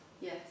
Yes